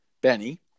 Benny